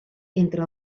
entre